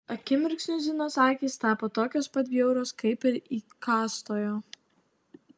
akimirksniu zinos akys tapo tokios pat bjaurios kaip ir įkąstojo